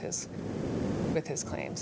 his with his claims